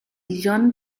jean